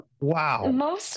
Wow